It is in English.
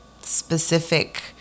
specific